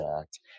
Act